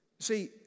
See